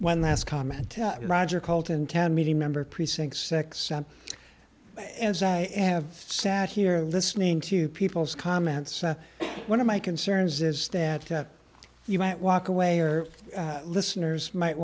one last comment roger colton town meeting member precinct six sam as i have sat here listening to people's comments one of my concerns is that you might walk away or listeners might